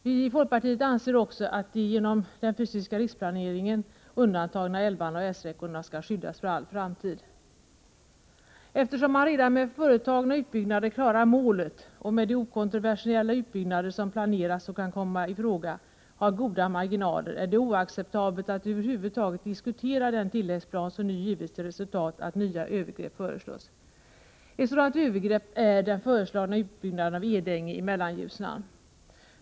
Vi i folkpartiet anser också att de genom den fysiska riksplaneringen undantagna älvarna och älvsträckorna skall skyddas för all framtid. Eftersom man redan med företagna utbyggnader klarar målet och med de okontroversiella utbyggnader, som planeras och kan komma i fråga, har goda marginaler är det oacceptabelt att över huvud taget diskutera den tilläggsplan som nu givit till resultat att nya övergrepp föreslås. Ett sådant övergrepp är den föreslagna utbyggnaden av Edänge i Mellanljusnan.